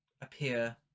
appear